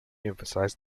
emphasised